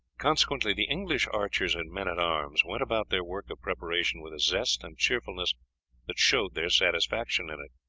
consequently the english archers and men-at-arms went about their work of preparation with a zest and cheerfulness that showed their satisfaction in it.